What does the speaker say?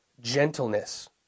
gentleness